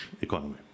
economy